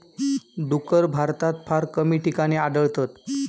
डुक्कर भारतात फार कमी ठिकाणी आढळतत